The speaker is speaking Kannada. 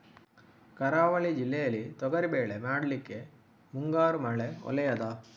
ಕರಾವಳಿ ಜಿಲ್ಲೆಯಲ್ಲಿ ತೊಗರಿಬೇಳೆ ಮಾಡ್ಲಿಕ್ಕೆ ಮುಂಗಾರು ಮಳೆ ಒಳ್ಳೆಯದ?